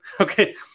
okay